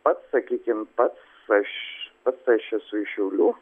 pats sakykim pats aš pats aš esu iš šiaulių